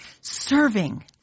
serving